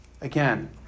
Again